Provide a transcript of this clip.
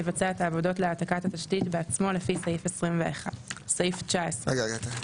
יבצע את העבודות להעתקת התשתית בעצמו לפי סעיף 21. הסבר.